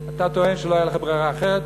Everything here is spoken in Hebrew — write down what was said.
אתה טוען שלא הייתה לך ברירה אחרת,